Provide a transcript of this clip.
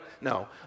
no